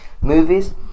movies